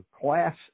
Class